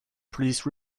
please